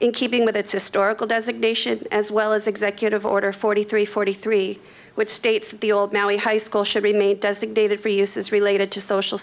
in keeping with its historical designation as well as executive order forty three forty three which states the old high school should remain designated for uses related to social